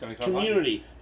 community